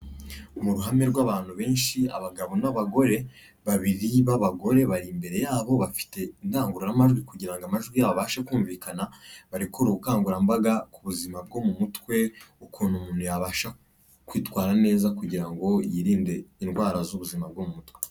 Mu ruhame rw'abantu benshi abagabo n'abagore, babiri b'abagore bari imbere yabo bafite indangururamajwi kugira ngo amajwi yabo abashe kumvikana, barekure ubukangurambaga ku buzima bwo mu mutwe ukuntu umuntu yabasha kwitwara neza kugira ngo yirinde indwara z'ubuzima bwo mu mutwe.